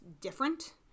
different